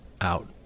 out